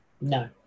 No